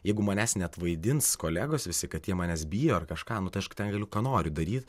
jeigu manęs net vaidins kolegos visi kad jie manęs bijo ar kažką nu tai aš ten galiu ką nori daryt